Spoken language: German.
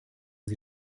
sie